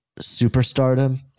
superstardom